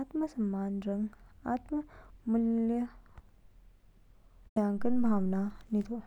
आत्म सम्मान रंग आत्म-मूल्यांकनऊ भावना नितो।